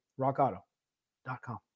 Rockauto.com